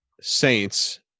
Saints